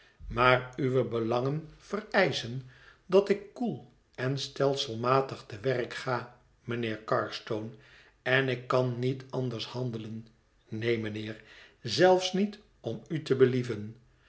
maar uwe belangen vereischen dat ik koel en stelselmatig te werk ga mijnheer carstone en ik kan niet anders handelen neen mijnheer zelfs niet om u te believen